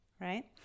right